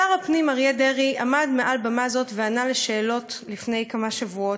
שר הפנים אריה דרעי עמד מעל במה זאת וענה על שאלות לפני כמה שבועות.